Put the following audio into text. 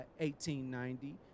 1890